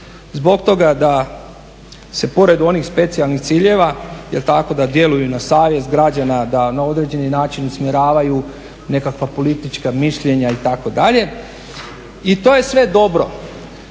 zbog toga da se pored onih specijalnih ciljeva da djeluju na savjest građana, da na određeni način usmjeravaju nekakva politička mišljenja itd. i to je sve dobro.